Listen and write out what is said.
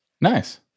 Nice